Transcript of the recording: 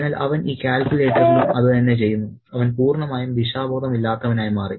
അതിനാൽ അവൻ ഈ കാൽക്കുലേറ്ററിലും അതുതന്നെ ചെയ്യുന്നു അവൻ പൂർണ്ണമായും ദിശാബോധം ഇല്ലാത്തവൻ ആയി മാറി